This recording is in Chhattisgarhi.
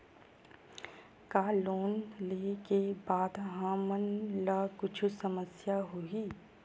का लोन ले के बाद हमन ला कुछु समस्या होही?